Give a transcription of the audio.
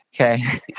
Okay